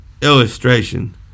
illustration